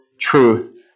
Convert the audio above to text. truth